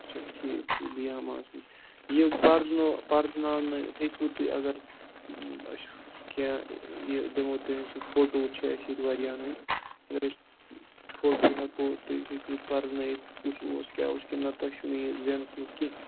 اچھا ٹھیٖک ٹھیٖک بیٖہامہ ہس نِش یہِ پرزٕنوٚو پرزناونہ ہیٚکِو تُہۍ اگر أسۍ کینٛہہ دِمو تمس یہِ فوٹو چھِ اَسہ ییٚتہِ واریَہَن ہٕنٛد اگر أسۍ فوٹو ہیٚکو تُہۍ ہیٚکِو پرزٕنٲیِتھ کُس اوس کیاہ اوس کنہ تۄہہِ چھو نہٕ یہِ ذہنَس مَنٛز کینٛہہ